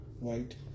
right